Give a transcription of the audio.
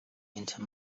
into